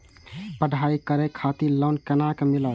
पढ़ाई करे खातिर लोन केना मिलत?